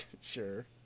Sure